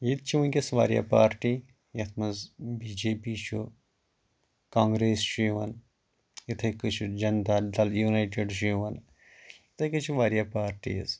ییٚتۍ چھِ وٕنۍکٮ۪س واریاہ پارٹی یَتھ منٛز بی جے پی چھُ کانٛگریس چھُ یِوان اِتٕھے کٲٹھۍ چھُ جَنتا دل یوٗنایٹِڈ چھُ یِوان یِتٕھے کٲٹھۍ چھِ واریاہ پارٹیٖز